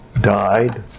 died